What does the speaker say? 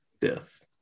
death